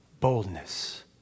boldness